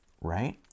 right